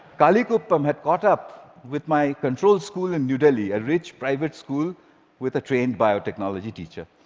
kallikuppam had caught up with my control school in new delhi, a rich private school with a trained biotechnology teacher.